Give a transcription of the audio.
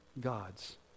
God's